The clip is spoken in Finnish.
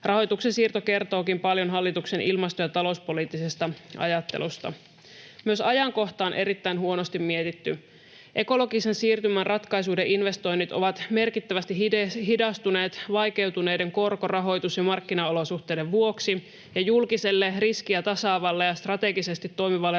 Rahoituksen siirto kertookin paljon hallituksen ilmasto- ja talouspoliittisesta ajattelusta. Myös ajankohta on erittäin huonosti mietitty. Ekologisen siirtymän ratkaisuiden investoinnit ovat merkittävästi hidastuneet vaikeutuneiden korko-, rahoitus- ja markkinaolosuhteiden vuoksi, ja julkiselle riskiä tasaavalle ja strategisesti toimivalle rahoittajalle